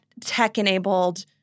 tech-enabled